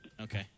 Okay